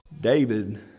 David